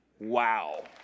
wow